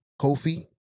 kofi